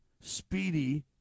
speedy